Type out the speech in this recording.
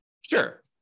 Sure